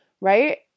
right